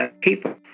people